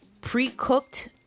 pre-cooked